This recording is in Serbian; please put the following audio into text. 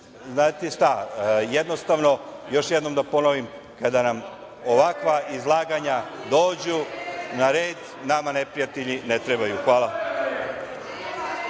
žene. Znate šta, jednostavno, još jednom da ponovim – kada nam ovakva izlaganja dođu na red nama neprijatelji ne trebaju. Hvala.